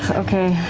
okay.